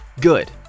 good